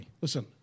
listen